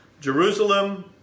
Jerusalem